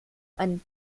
einen